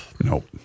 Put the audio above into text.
Nope